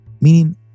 Meaning